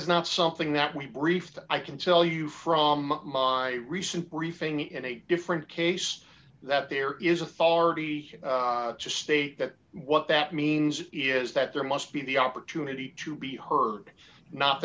is not something that we briefed i can tell you from my recent briefing in a different case that there is a far to state that what that means is that there must be the opportunity to be heard